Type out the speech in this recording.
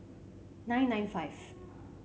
nine nine five